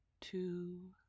two